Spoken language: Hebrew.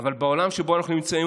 אבל בעולם שבו אנחנו נמצאים,